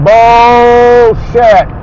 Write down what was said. Bullshit